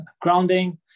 grounding